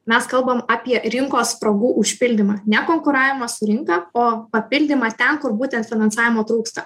mes kalbam apie rinkos spragų užpildymą ne konkuravimą su rinka o papildymą ten kur būtent finansavimo trūksta